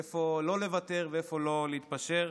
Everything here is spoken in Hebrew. איפה לא לוותר ואיפה לא להתפשר.